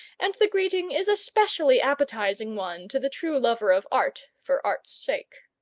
and the greeting is a specially appetizing one to the true lover of art for art's sake.